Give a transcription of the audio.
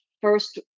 first